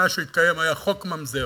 מאז שהתקיים, היה חוק ממזר.